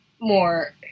more